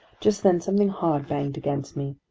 just then something hard banged against me.